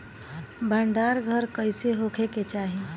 भंडार घर कईसे होखे के चाही?